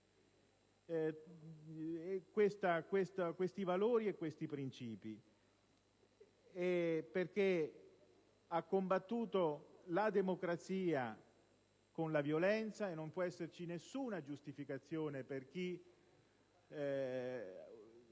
questi valori e questi principi perché ha combattuto la democrazia con la violenza, e non può esserci nessuna giustificazione per chi